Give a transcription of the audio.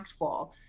impactful